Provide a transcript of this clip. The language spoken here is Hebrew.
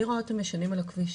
ואני רואה אותם ישנים על הכביש.